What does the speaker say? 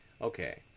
okay